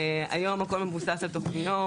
היום הכול מבוסס על תוכניות,